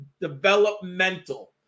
developmental